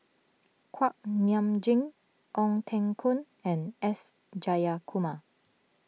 Kuak Nam Jin Ong Teng Koon and S Jayakumar